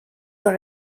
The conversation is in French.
dans